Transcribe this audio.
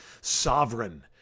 sovereign